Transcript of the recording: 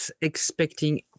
expecting